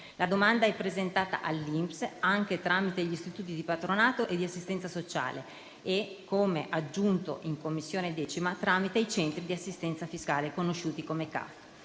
La domanda è presentata all'INPS, anche tramite gli istituti di patronato e di assistenza sociale e - come aggiunto in 10a Commissione - tramite i centri di assistenza fiscale conosciuti come CAF.